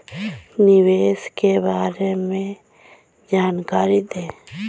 निवेश के बारे में जानकारी दें?